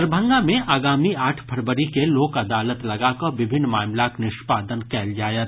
दरभंगा मे आगामी आठ फरवरी के लोक अदालत लगा कऽ विभिन्न मामिलाक निष्पादन कयल जायत